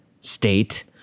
state